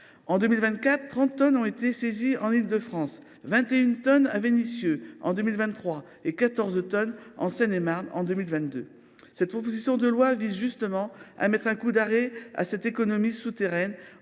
En 2024, 30 tonnes ont été saisies en Île de France ; en 2023, 21 tonnes à Vénissieux ; en 2022, 14 tonnes en Seine et Marne. Cette proposition de loi vise justement à mettre un coup d’arrêt à cette économie souterraine